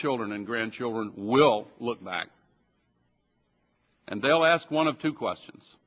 children and grandchildren will look back and they will ask one of two questions